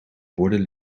borden